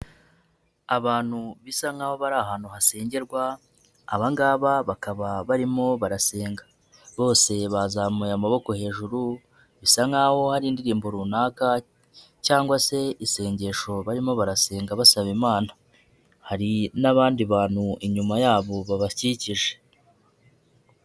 Abantu bisa nk'aho bari ahantu hasengerwa aba ngaba bakaba barimo barasenga, bose bazamuye amaboko hejuru bisa nk'aho hari indirimbo runaka cyangwa se isengesho barimo barasenga basaba Imana, hari n'abandi bantu inyuma yabo babakikije.